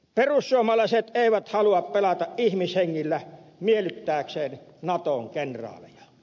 perussuomalaiset eivät halua pelata ihmishengillä miellyttääkseen natoon kellyä